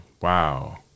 Wow